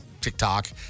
TikTok